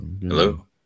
Hello